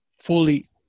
fully